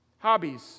Hobbies